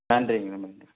நன்றிங்க ரொம்ப நன்றி